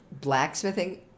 blacksmithing